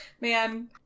Man